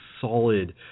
solid